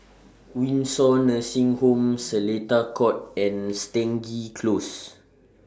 Windsor Nursing Home Seletar Court and Stangee Close